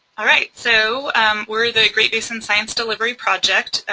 alright, so we're the great basin science delivery project,